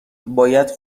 باید